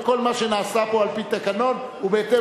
וכל מה שנעשה פה על-פי תקנון הוא בהתאם